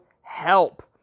help